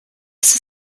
sie